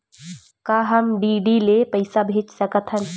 का हम डी.डी ले पईसा भेज सकत हन?